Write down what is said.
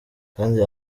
kandi